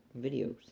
videos